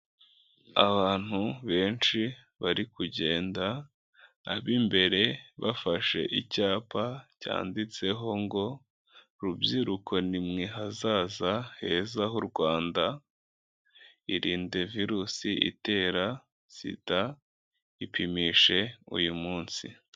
Abantu benshi bari kugenda, ab'imbere bafashe icyapa cyanditseho ngo rubyiruko nimwe hazaza heza h'u Rwanda, irinde virusi itera sida ipimishe uyu munsi.